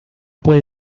puede